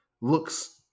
looks